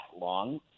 long